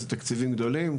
זה תקציבים גדולים,